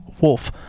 wolf